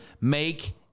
Make